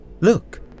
Look